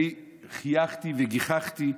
אני חייכתי וגיחכתי,